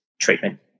treatment